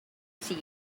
see